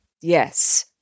Yes